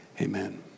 Amen